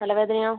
തലവേദനയോ